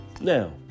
Now